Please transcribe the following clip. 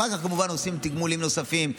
אחר כך כמובן עושים תגמולים נוספים,